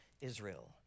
Israel